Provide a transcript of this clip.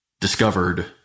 discovered